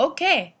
Okay